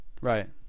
Right